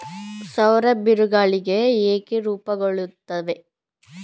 ಸೌರ ಬಿರುಗಾಳಿಗಳು ಹೇಗೆ ರೂಪುಗೊಳ್ಳುತ್ತವೆ?